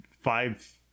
five